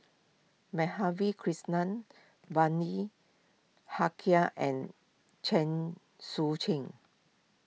Madhavi Krishnan Bani Haykal and Chen Sucheng